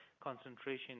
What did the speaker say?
concentration